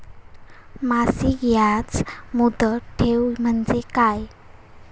मासिक याज मुदत ठेव म्हणजे काय?